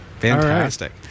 Fantastic